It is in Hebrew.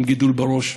עם גידול בראש.